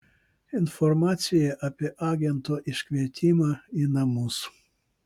informacija apie agento iškvietimą į namus